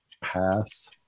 Pass